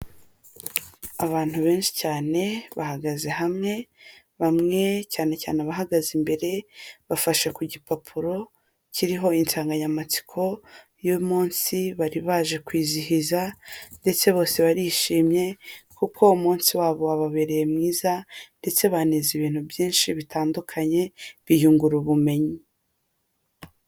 Abantu benshi cyane bahagaze hamwe, bamwe cyane cyane abahagaze imbere, bafashe ku gipapuro kiriho insanganyamatsiko y' munsi bari baje kwizihiza ndetse bose barishimye kuko umunsi wabo wababereye mwiza ndetse baninze ibintu byinshi bitandukanye, biyungura ubumenyi.